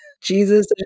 Jesus